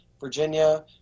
Virginia